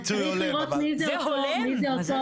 זה הולם?